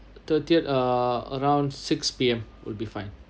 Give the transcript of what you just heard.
thirtieth uh around six P_M would be fine